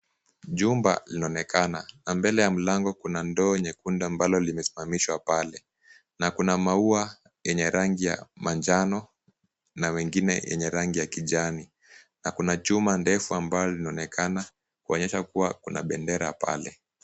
Jumba linaonekana. Na mbele ya mlango kuna ndoo nyekundu ambalo limesimamishwa pale. Na kuna maua yenye rangi ya manjano na mengine yenye rangi ya kijani. Na kuna chuma ndefu ambalo linaonekana kuonyesha kuwa kuna bendera pale.